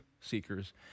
seekers